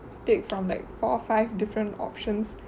take from like four or five different options